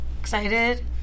Excited